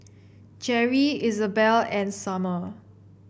Jerri Izabelle and Sommer